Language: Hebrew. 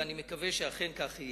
ואני מקווה שאכן כך יהיה.